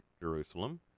jerusalem